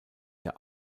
der